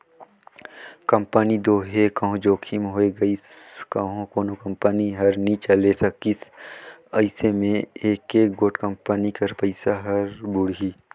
company दो हे कहों जोखिम होए गइस कहों कोनो कंपनी हर नी चले सकिस अइसे में एके गोट कंपनी कर पइसा हर बुड़ही